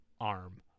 arm